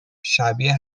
شبیه